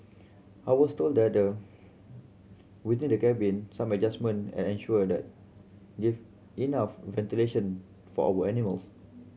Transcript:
I was told that the within the cabin some adjustment and ensure that if enough ventilation for our animals